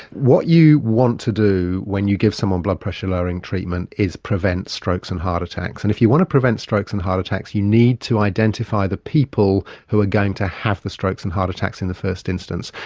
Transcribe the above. what you want to do when you give someone blood-pressure lowering treatment is prevent strokes and heart attacks, and if you want to prevent strokes and heart attacks you need to identify the people who are going to have the strokes and heart attacks in the first instance.